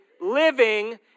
living